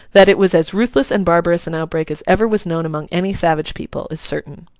that it was as ruthless and barbarous an outbreak as ever was known among any savage people, is certain.